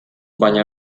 baina